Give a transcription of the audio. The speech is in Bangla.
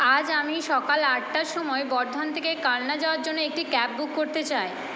আজ আমি সকাল আটটার সময় বর্ধমান থেকে কালনা যাওয়ার জন্য একটি ক্যাব বুক করতে চাই